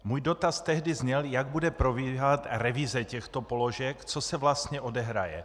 Můj dotaz tehdy zněl, jak bude probíhat revize těchto položek, co se vlastně odehraje.